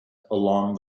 along